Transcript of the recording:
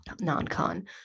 non-con